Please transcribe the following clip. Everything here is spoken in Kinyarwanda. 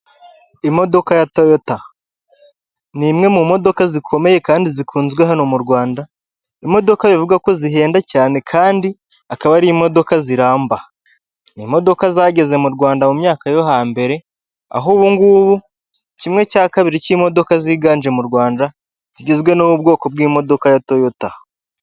Imodoka ya toyota, ni imwe mu modoka zikomeye kandi zikunzwe hano mu Rwanda, imodoka bivugwa ko zihenda cyane kandi akaba ari imodoka ziramba. Ni imodoka zageze mu Rwanda mu myaka yo hambere, aho ubu ngubu kimwe cya kabiri cy'imodoka ziganje mu Rwanda zigizwe n'ubwoko bw'imodoka ya toyota.